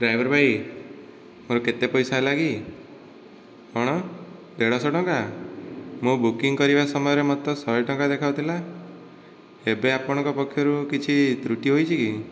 driver ଭାଇ ମୋର କେତେ ପଇସା ହେଲା କି କ'ଣ ଦେଢ଼ଶହ ଟଙ୍କା ମୁଁ ବୁକିଂ କରିବା ସମୟରେ ମୋତେ ତ ଶହେ ଟଙ୍କା ଦେଖାଉଥିଲା ଏବେ ଆପଣଙ୍କ ପକ୍ଷରୁ କିଛି ତ୍ରୁଟି ହୋଇଛି କି